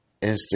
Instagram